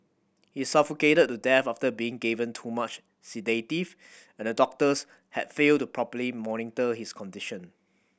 he suffocated to death after being given too much sedative and the doctors had failed to properly monitor his condition